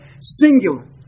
singular